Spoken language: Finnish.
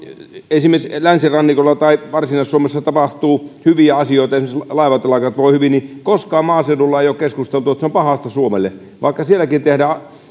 esimerkiksi tuolla länsirannikolla tai varsinais suomessa tapahtuu hyviä asioita esimerkiksi laivatelakat voivat hyvin niin koskaan maaseudulla ei ole keskusteltu että se on pahasta suomelle vaikka sielläkin tehdään